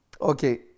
Okay